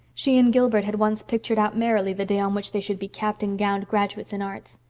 she and gilbert had once picturedout merrily the day on which they should be capped and gowned graduates in arts.